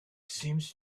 seemed